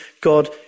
God